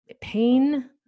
Pain